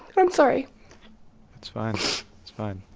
i'm sorry it's fine. it's fine